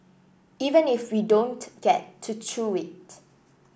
even if we don't get to chew it